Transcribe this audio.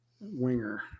winger